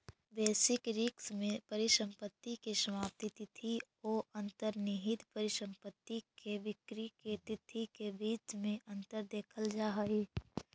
basis risk में परिसंपत्ति के समाप्ति तिथि औ अंतर्निहित परिसंपत्ति के बिक्री के तिथि के बीच में अंतर देखल जा हई